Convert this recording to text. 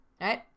Right